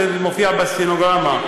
זה מופיע בסטנוגרמה.